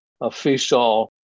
official